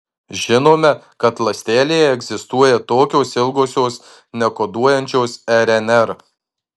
žinome kad ląstelėje egzistuoja tokios ilgosios nekoduojančios rnr